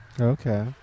Okay